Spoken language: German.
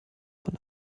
von